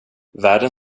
världen